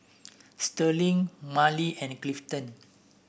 Sterling Marley and Clifton